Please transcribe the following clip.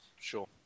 Sure